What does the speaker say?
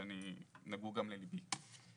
שנגעו גם לליבי.